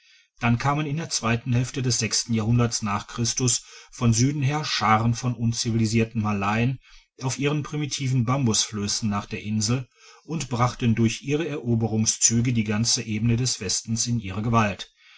dann kamen in der zweiten hälfte des sechsten jahrhunderts n chr von süden her scharen von uncivilisierten malayen auf ihren primitiven bambusflössen nach der insel und brachten durch ihre eroberungsztige die ganze ebene des westens in ihre gewalt